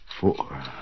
four